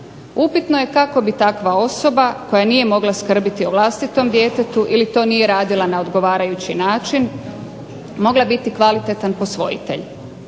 Upitno je kako bi takva osoba koja nije mogla skrbiti o vlastitom djetetu, ili to nije radila na odgovarajući način mogla biti kvalitetan posvojitelj.